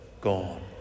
gone